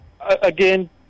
Again